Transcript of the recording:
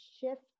shift